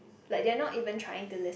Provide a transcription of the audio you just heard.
like they are not even trying to lis~